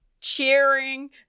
cheering